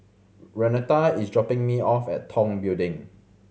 renata is dropping me off at Tong Building